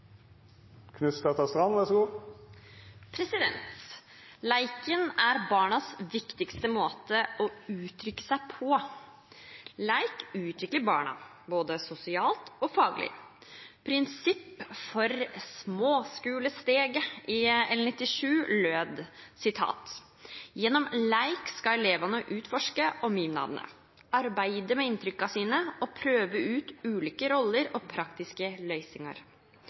barnas viktigste måte å uttrykke seg på. Lek utvikler barna, både sosialt og faglig. Prinsipp for «småskulesteget» i L97 lød: «Gjennom leik skal elevane utforske omgivnadene, arbeide med inntrykka sine og prøve ulike roller og praktiske løysingar.»